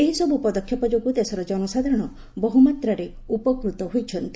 ଏହିସବୁ ପଦକ୍ଷେପ ଯୋଗୁଁ ଦେଶର ଜନସାଧାରଣ ବହୁମାତ୍ରାରେ ଉପକୃତ ହୋଇଛନ୍ତି